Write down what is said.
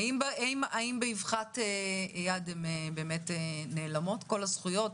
האם באבחת יד הן נעלמות כל הזכויות?